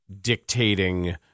dictating